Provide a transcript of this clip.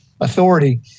authority